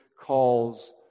calls